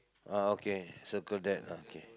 uh okay circle that ah k